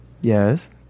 Yes